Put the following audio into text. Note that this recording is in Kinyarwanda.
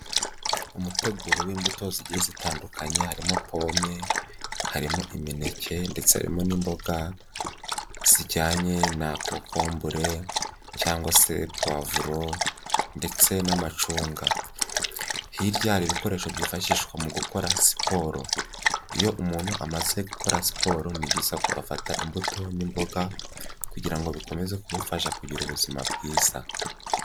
Umuteguro w'imbuto zigiye zitandukanye, harimo pome, harimo imineke ndetse harimo n'imboga zijyanye na kokombure cyangwa se puwavuro ndetse n'amacunga. Hirya hari ibikoresho byifashishwa mu gukora siporo. Iyo umuntu amaze gukora siporo, ni byiza ko afata imbuto n'imboga kugira ngo bikomeze kumufasha kugira ubuzima bwiza.